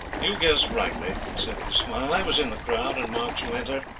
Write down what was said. you guess rightly, he said with a smile. i was in the crowd and marked you enter,